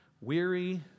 weary